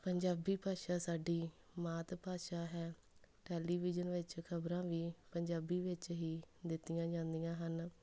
ਪੰਜਾਬੀ ਭਾਸ਼ਾ ਸਾਡੀ ਮਾਤ ਭਾਸ਼ਾ ਹੈ ਟੈਲੀਵਿਜ਼ਨ ਵਿੱਚ ਖ਼ਬਰਾਂ ਵੀ ਪੰਜਾਬੀ ਵਿੱਚ ਹੀ ਦਿੱਤੀਆਂ ਜਾਂਦੀਆਂ ਹਨ